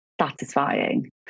satisfying